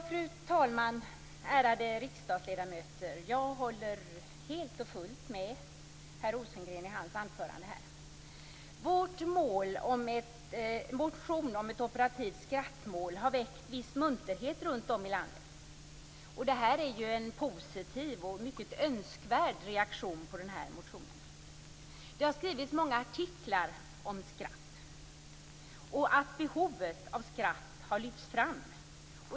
Fru talman! Ärade riksdagsledamöter! Jag håller helt och fullt med Per Rosengren i hans anförande. Vår motion om ett operativt skrattmål har väckt viss munterhet runtom i landet. Det är ju en positiv och mycket önskvärd reaktion på motionen. Det har skrivits många artiklar om skratt, och behovet av skratt har lyfts fram.